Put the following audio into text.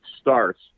starts